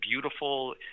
beautiful